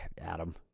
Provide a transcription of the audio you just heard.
adam